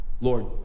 Lord